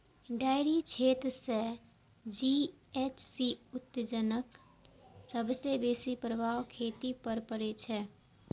dairy क्षेत्र सं GHC उत्सर्जनक सबसं बेसी प्रभाव खेती पर पड़ै छै